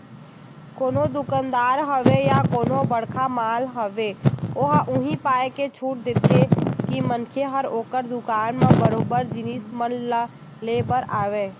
कोनो दुकानदार होवय या कोनो बड़का मॉल होवय ओहा उही पाय के छूट देथे के मनखे ह ओखर दुकान म बरोबर जिनिस मन ल ले बर आवय